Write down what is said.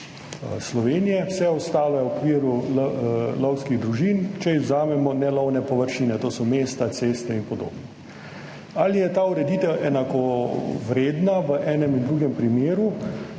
Slovenije, vse ostalo je v okviru lovskih družin, če izvzamemo nelovne površine, to so mesta, ceste in podobno. Ali je ta ureditev enakovredna v enem in drugem primeru?